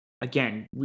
again